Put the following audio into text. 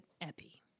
Epi